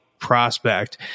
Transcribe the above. prospect